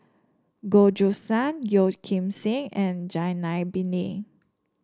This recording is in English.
Goh Choo San Yeo Kim Seng and Zainal Abidin